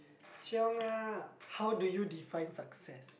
chiong ah how do you define success